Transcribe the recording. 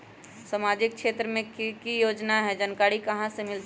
सामाजिक क्षेत्र मे कि की योजना है जानकारी कहाँ से मिलतै?